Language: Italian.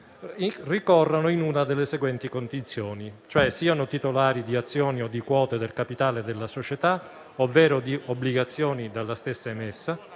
ricorrano in una delle seguenti condizioni: siano titolari di azioni o di quote del capitale della società ovvero di obbligazioni dalla stessa emesse